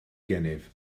gennyf